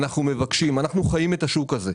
אנחנו מבקשים אנחנו חיים את השוק הזה,